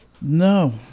No